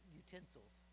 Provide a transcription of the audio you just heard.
utensils